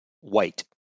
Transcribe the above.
white